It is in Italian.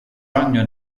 ragno